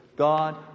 God